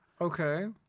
Okay